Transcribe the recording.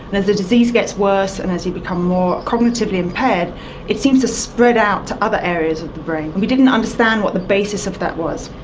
and as the disease gets worse and as you become more cognitively impaired it seems to spread out to other areas of the brain. we didn't understand what the basis of that was.